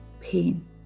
pain